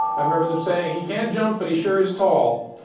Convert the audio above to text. i remember them saying, he can't jump, but he sure is tall.